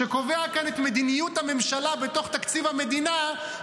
שקובע כאן את מדיניות הממשלה בתוך תקציב המדינה,